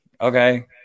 Okay